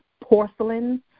porcelain